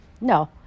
No